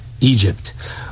Egypt